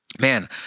Man